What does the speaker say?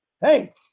hey